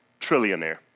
trillionaire